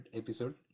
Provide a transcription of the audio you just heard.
episode